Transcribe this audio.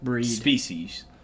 species